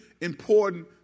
important